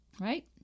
Right